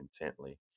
intently